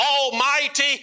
almighty